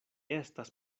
estas